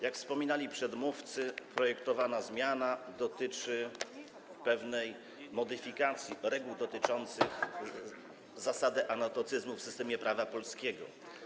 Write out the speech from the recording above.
Jak wspominali przedmówcy, projektowana zmiana dotyczy pewnej modyfikacji reguł dotyczących zasady anatocyzmu w systemie prawa polskiego.